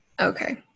Okay